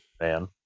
man